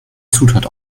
zutat